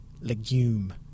legume